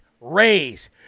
raise